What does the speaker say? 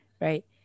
right